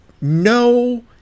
No